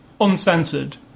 uncensored